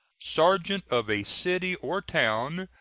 sergeant of a city or town,